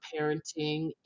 parenting